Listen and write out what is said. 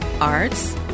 arts